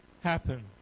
happen